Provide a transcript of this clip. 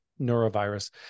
neurovirus